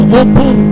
open